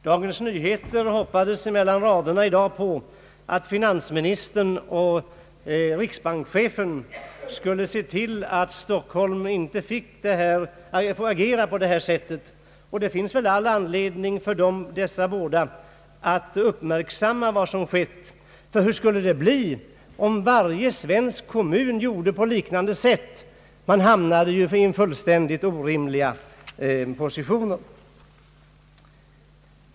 Dagens Nyheter hoppades mellan raderna i dag att finansministern och riksbankschefen skulle se till att Stockholm inte fick agera på detta sätt. Det finns väl all anledning för dessa båda att uppmärksamma vad som har skett. Hur skulle det bli om alla svenska kommuner gjorde på liknande sätt? De hamnade ju i fullständigt orimliga positioner.